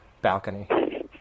balcony